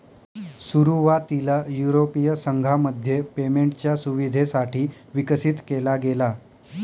सुरुवातीला युरोपीय संघामध्ये पेमेंटच्या सुविधेसाठी विकसित केला गेला